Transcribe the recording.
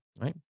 right